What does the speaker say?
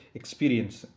experience